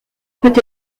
peut